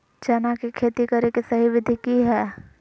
चना के खेती करे के सही विधि की हय?